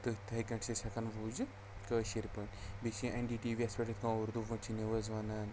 تہٕ تِتھَے کَٹھۍ چھِ أسۍ ہٮ۪کان بوٗزِتھ کٲشِر پٲٹھۍ بیٚیہِ چھِ یہِ اٮ۪ن ڈی ٹی وی یَس پٮ۪ٹھ یِتھ کَن اُردو پٲٹھۍ چھِ نِوٕز وَنان